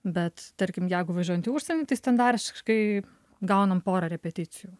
bet tarkim jeigu važiuojant į užsienį tai standartiškai gaunam porą repeticijų